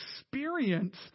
experience